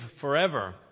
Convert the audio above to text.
forever